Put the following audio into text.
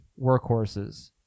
workhorses